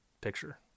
picture